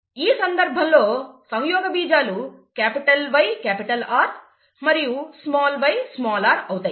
ఈ సందర్భంలో సంయోగబీజాలు YR మరియు yr అవుతాయి